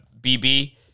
BB